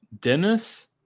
Dennis